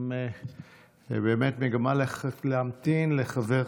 במגמה להמתין, בבקשה.